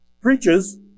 preaches